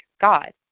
God